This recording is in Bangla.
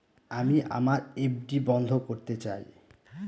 আমি আমার এফ.ডি বন্ধ করতে চাই